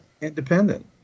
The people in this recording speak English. Independent